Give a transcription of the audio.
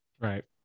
Right